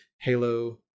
Halo